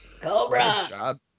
Cobra